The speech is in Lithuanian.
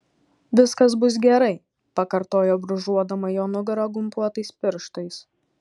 viskas bus gerai pakartojo brūžuodama jo nugarą gumbuotais pirštais